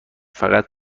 فقط